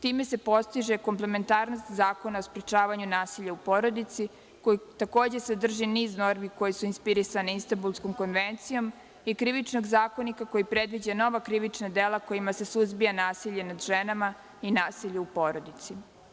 Time se postiže komplementarnost zakona o sprečavanju nasilja u porodici, koji takođe sadrži niz normi koje su inspirisane Instanbulskom konferencijom i Krivičnog zakonika koji predviđa nova krivična dela kojima se suzbija nasilje nad ženama i nasilje u porodici.